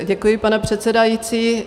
Děkuji pane předsedající.